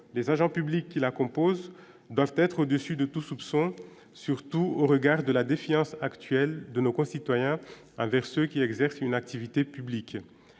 les agents publics qui la composent doivent être au-dessus de tout soupçon, surtout au regard de la défiance actuelle de nos concitoyens inverse qui exercent une activité publique